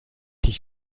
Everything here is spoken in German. dich